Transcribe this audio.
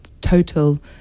total